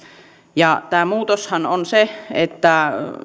tämä muutoshan on se että